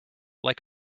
like